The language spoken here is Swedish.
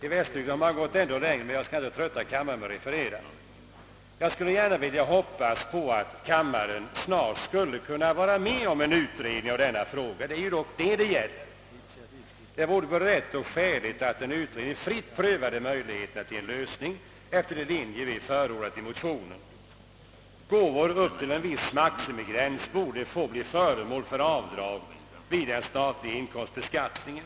I Västtyskland har man gått ännu längre, men jag skall inte trötta kammarens ledamöter med något referat därifrån. Jag hoppas att kammaren snart kan besluta om att utreda denna fråga. Det är ju ändå en utredning det gäller. Det vore både rätt och skäligt att en utredning fritt prövade möjligheterna till en lösning efter de linjer vi förordat i motionen. Gåvor upp till en viss maximigräns borde få dras av vid deklarationen till statlig inkomstbeskattning.